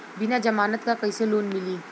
बिना जमानत क कइसे लोन मिली?